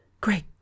Great